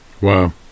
wow